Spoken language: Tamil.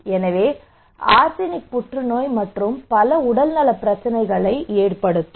எனவே ஆர்சனிக் புற்றுநோய் மற்றும் பல உடல்நலப் பிரச்சினைகளை ஏற்படுத்தும்